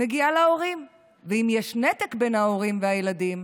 מגיעה להורים, ואם יש נתק בין ההורים לילדים,